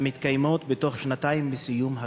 המתקיימות בתוך שנתיים מסיום הקורס.